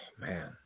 Man